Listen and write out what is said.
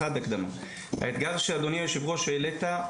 האתגר שהעלית,